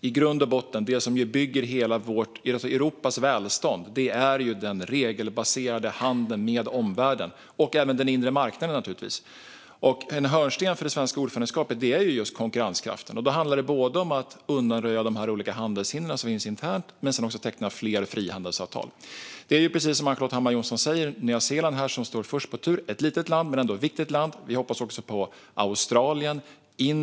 I grund och botten är det den regelbaserade handeln med omvärlden och naturligtvis även den inre marknaden som bygger Europas välstånd. En hörnsten för det svenska ordförandeskapet är just konkurrenskraften, och då handlar det både om att undanröja de olika handelshinder som finns internt och om att teckna fler frihandelsavtal. Precis som Ann-Charlotte Hammar Johnsson säger är det Nya Zeeland som står först på tur. Det är ett litet men ändå viktigt land. Vi hoppas också på Australien.